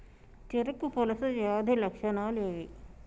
చెరుకు పొలుసు వ్యాధి లక్షణాలు ఏవి?